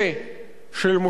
של משה סילמן,